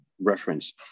reference